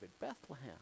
Bethlehem